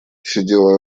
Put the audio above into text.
сидела